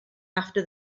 after